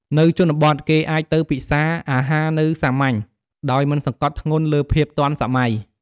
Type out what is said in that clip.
នៅជនបទគេអាចទៅពិសារអាហារនៅសាមញ្ញ ដោយមិនសង្កត់ធ្ងន់លើភាពទាន់សម័យ។